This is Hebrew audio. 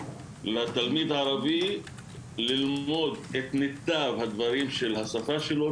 לתלמיד הערבי ללמוד את מיטב הדברים של השפה שלו,